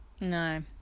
No